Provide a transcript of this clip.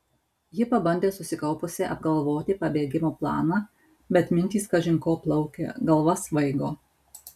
ji pabandė susikaupusi apgalvoti pabėgimo planą bet mintys kažin ko plaukė galva svaigo